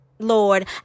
Lord